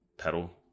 pedal